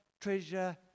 treasure